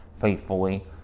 faithfully